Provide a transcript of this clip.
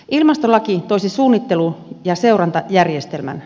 ilmastolaki loisi suunnittelu ja seurantajärjestelmän